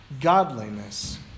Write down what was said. godliness